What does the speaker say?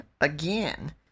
again